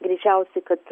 greičiausiai kad